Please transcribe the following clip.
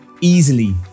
easily